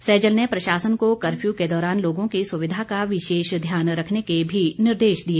सैजल ने प्रशासन को कर्फ्यू के दौरान लोगों की सुविधा का विशेष ध्यान रखने के भी निर्देश दिए